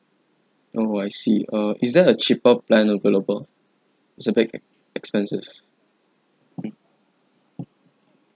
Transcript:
oh I see err is there a cheaper plan available it's a bit expensive mm